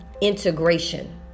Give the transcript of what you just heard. integration